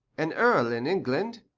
an earl in england,